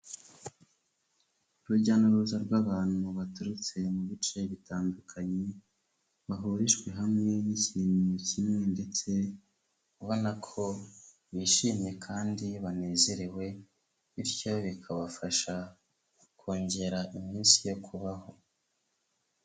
Urujya n'uruza rw'abantu baturutse mu bice bitandukanye, bahurijwe hamwe n'ikintu kimwe ndetse ubona ko bishimye kandi banezerewe bityo bikabafasha kongera iminsi yo kubaho.